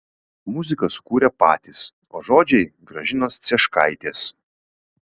muziką sukūrė patys o žodžiai gražinos cieškaitės